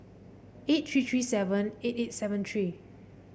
eight three three seven eight eight seven three